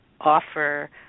offer